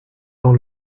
dans